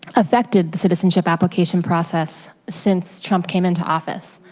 affected the citizenship application process since trump came in to office.